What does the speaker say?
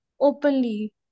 openly